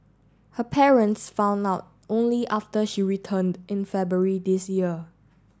her parents found out only after she returned in February this year